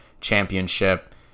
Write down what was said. championship